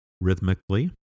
rhythmically